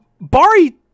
Bari